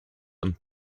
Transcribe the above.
und